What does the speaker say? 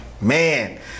man